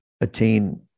attain